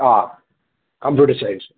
computer science